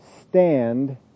stand